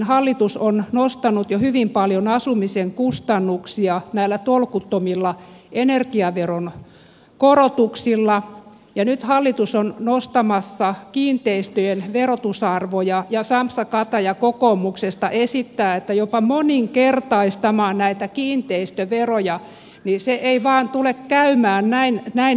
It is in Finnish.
hallitus on nostanut jo hyvin paljon asumisen kustannuksia näillä tolkuttomilla energiaveron korotuksilla ja nyt kun hallitus on nostamassa kiinteistöjen verotusarvoja ja sampsa kataja kokoomuksesta esittää että jopa moninkertaistetaan näitä kiinteistöveroja niin se ei vain tule käymään näin helposti